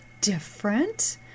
different